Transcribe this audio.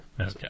Okay